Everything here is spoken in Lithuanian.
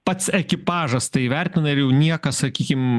pats ekipažas tai įvertina ir jau niekas sakykim